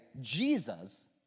Jesus